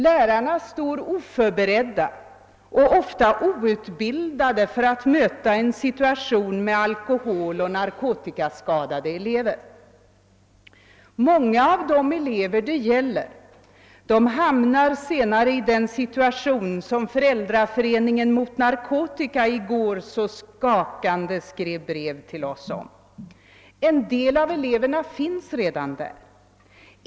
Lärarna står oförberedda och ofta outbildade att möta en situation med alkohol och narkotikaskadade elever. Många av de elever det gäller hamnar senare i den situation som Föräldraföreningen mot narkotika i går så skakande skrev till oss om. En del av eleverna är redan i den situationen.